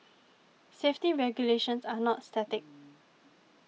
safety regulations are not static